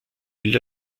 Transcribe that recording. will